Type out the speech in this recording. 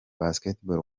basketball